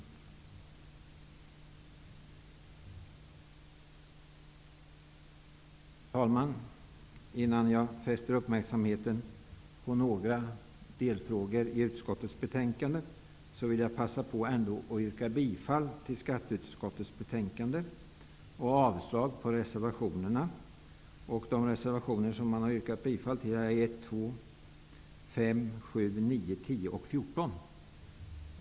Herr talman! Innan jag fäster uppmärksamheten på några delfrågor i utskottets betänkande, vill jag passa på att yrka bifall till skatteutskottets hemställan och avslag på reservationerna. De reservationer som det har yrkats bifall till är 1, 2, 5, 7, 9, 10 och 14.